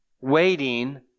waiting